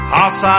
Hoss